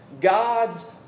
God's